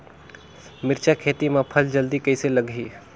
मिरचा खेती मां फल जल्दी कइसे लगही?